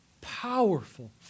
powerful